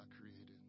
created